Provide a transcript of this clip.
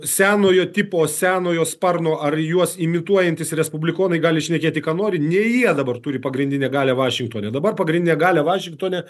senojo tipo senojo sparno ar juos imituojantys respublikonai gali šnekėti ką nori ne jie dabar turi pagrindinę galią vašingtone dabar pagrindinę galią vašingtone